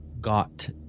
got